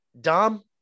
dom